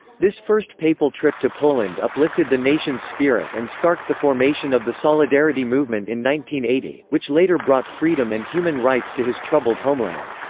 this first papal trip to poland uplifted the nation's spirit and sparked the formation of the solidarity movement in one which later brought freedom and human rights to his troubled homeland.